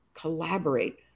collaborate